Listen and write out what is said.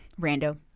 Rando